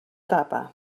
tapa